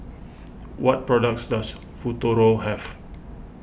what products does Futuro have